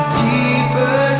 deeper